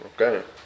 Okay